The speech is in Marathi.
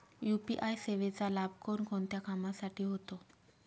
यू.पी.आय सेवेचा लाभ कोणकोणत्या कामासाठी होतो?